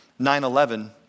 9-11